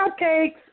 cupcakes